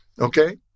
Okay